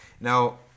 Now